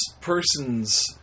person's